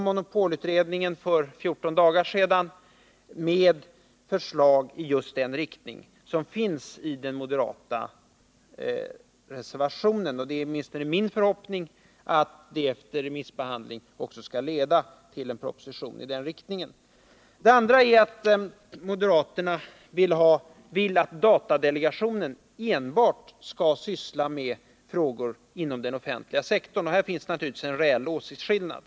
Monopolutredningen kom för 14 dagar sedan med ett förslag i just den riktning som den moderata reservationen förespråkar. Det är åtminstone min förhoppning att vi, efter remissbehandlingen av förslaget, också skall få en proposition i den riktningen. Det andra moderatkravet är att datadelegationen enbart skall syssla med frågor inom den offentliga sektorn. Här finns en reell åsiktsskillnad.